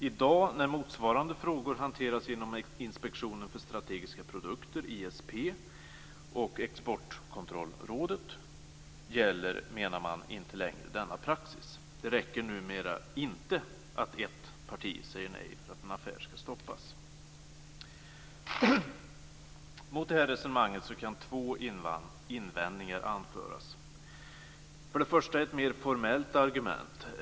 I dag när motsvarande frågor hanteras inom Inspektionen för strategiska produkter, ISP, och inom Exportkontrollrådet gäller, menar man, inte längre denna praxis. Numera räcker det inte att ett parti säger nej för att en affär skall stoppas. Mot detta resonemang kan två invändningar anföras. För det första finns det ett mera formellt argument.